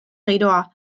giroa